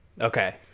Okay